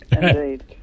indeed